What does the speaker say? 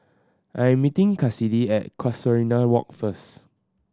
I am meeting Kassidy at Casuarina Walk first